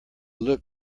look